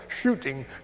shooting